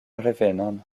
revenon